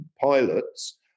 pilots